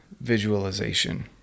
visualization